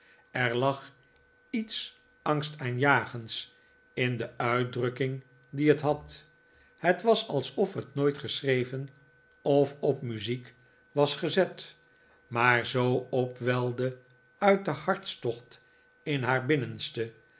er lag iets angstaanjagends in de uitdrukking die het had het was alsof het nooit geschreven of op muziek was gezet maar zoo opwelde uit den hartstocht in haar binnenste